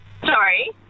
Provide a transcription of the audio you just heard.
Sorry